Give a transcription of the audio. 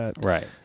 Right